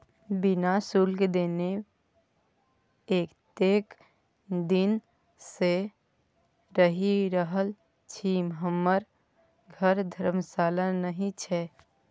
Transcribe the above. बिना शुल्क देने एतेक दिन सँ रहि रहल छी हमर घर धर्मशाला नहि छै